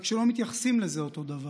רק שלא מתייחסים לזה אותו דבר.